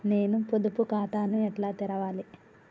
నేను పొదుపు ఖాతాను ఎట్లా తెరవాలి?